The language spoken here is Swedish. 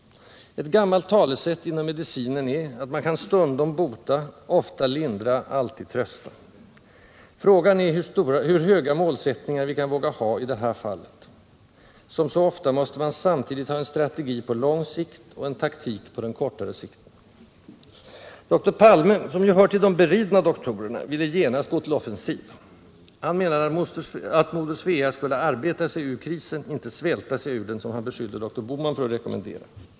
Ett gammalt talesätt inom medicinen är att man kan ”stundom bota, ofta lindra, alltid trösta”. Frågan är hur höga målsättningar vi kan våga ha i det här fallet. Som så ofta måste man samtidigt ha en strategi på lång sikt och en taktik på den kortare sikten. Doktor Palme, som ju hör till de beridna doktorerna, ville genast gå till offensiv. Han menade att moder Svea skulle arbeta sig ur krisen, inte svälta sig ur den, som han beskyllde doktor Bohman för att rekommendera.